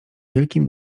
wielkim